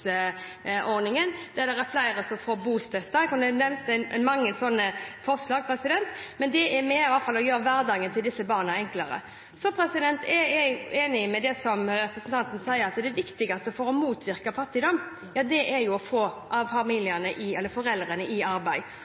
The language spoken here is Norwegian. er flere som får bostøtte – jeg kunne nevnt mange sånne forslag. Det er i hvert fall med på å gjøre hverdagen til disse barna enklere. Så er jeg enig med representanten i at det viktigste for å motvirke fattigdom er å få foreldrene i arbeid. Det er